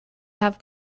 have